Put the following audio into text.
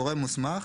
"גורם מוסמך"